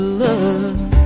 love